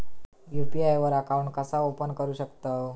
UPI वर account कसा open करू शकतव?